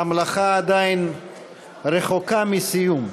המלאכה עדיין רחוקה מסיום.